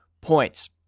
points